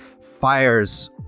fires